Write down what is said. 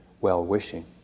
well-wishing